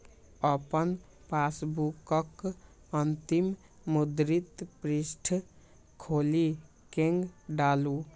अपन पासबुकक अंतिम मुद्रित पृष्ठ खोलि कें डालू